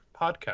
podcast